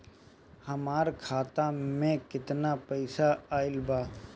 हमार खाता मे केतना पईसा आइल बा?